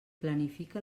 planifica